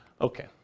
Okay